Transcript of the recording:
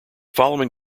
following